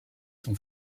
son